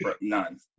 None